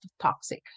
toxic